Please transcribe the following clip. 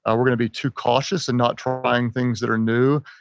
um we're going to be too cautious and not trying things that are new.